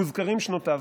מוזכרות שנותיו.